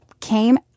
came